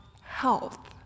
health